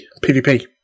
PvP